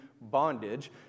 bondage